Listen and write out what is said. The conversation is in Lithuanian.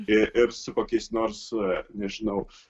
ir ir su kokiais nors nežinau